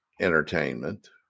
entertainment